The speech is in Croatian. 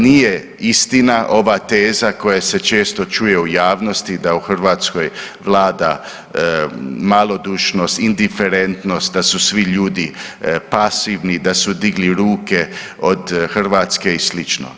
Nije istina, ova teza koja se često čuje u javnosti da u Hrvatskoj vlada malodušnost, indiferentnost, da su svi ljudi pasivni, da su digli ljude od Hrvatske i slično.